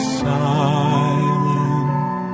silent